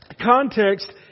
context